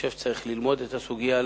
וחושב שצריך ללמוד את הסוגיה,